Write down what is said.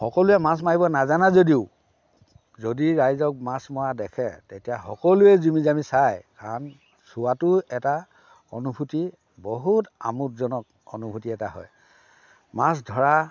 সকলোৱে মাছ মাৰিব নাজানে যদিও যদি ৰাইজক মাছ মৰা দেখে তেতিয়া সকলোৱে জুমি জামি চায় কাৰণ চোৱাটো এটা অনুভূতি বহুত আমোদজনক অনুভূতি এটা হয় মাছ ধৰা